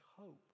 hope